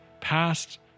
past